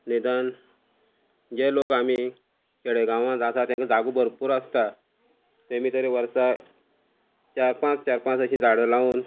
निदान जे लोक आमी खेडेगांवान आसा तांकां जागो भरपूर आसता तेमी तरी वर्सा चार पांच चार पांच अशी झाडां लावन